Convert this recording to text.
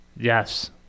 Yes